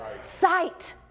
sight